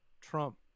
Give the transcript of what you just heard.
Trump